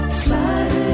slide